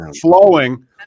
flowing